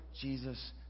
Jesus